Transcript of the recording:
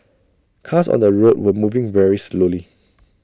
cars on the road were moving very slowly